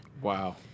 Wow